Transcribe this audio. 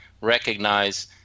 recognize